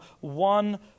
one